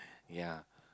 ya